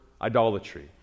idolatry